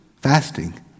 fasting